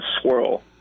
swirl